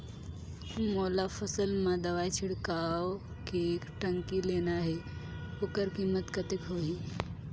मोला फसल मां दवाई छिड़काव के टंकी लेना हे ओकर कीमत कतेक होही?